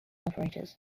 operators